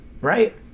Right